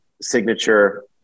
signature